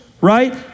right